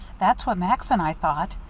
that's what max and i thought,